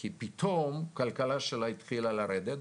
כי פתאום הכלכלה שלה התחילה לרדת,